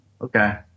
Okay